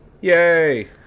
Yay